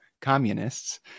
communists